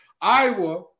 Iowa